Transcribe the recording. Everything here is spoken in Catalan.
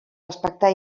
respectar